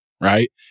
Right